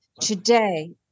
Today